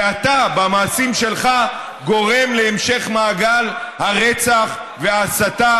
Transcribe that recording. ואתה במעשים שלך גורם להמשך מעגל הרצח וההסתה